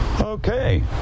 Okay